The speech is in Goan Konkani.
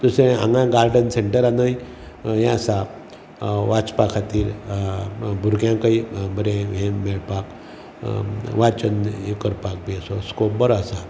दुसरें हांगा गार्डन सेंटरानय हे आसा वाचपा खातीर भुरग्यांकय बरें हें मेळपाक वाचन हे करपाक स्कोप बरो आसा